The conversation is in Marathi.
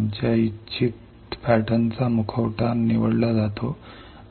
आमच्या इच्छित पॅटर्नचा मुखवटा निवडला जातो